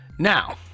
Now